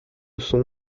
son